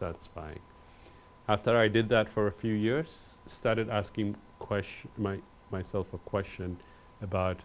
satisfying after i did that for a few years started asking question myself a question about